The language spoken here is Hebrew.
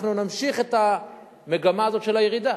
אנחנו נמשיך את המגמה הזאת של הירידה.